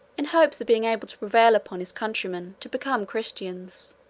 in hopes of being able to prevail upon his countrymen to become christians